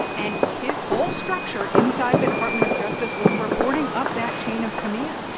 and his whole structure inside the department of justice was reporting up that chain of command.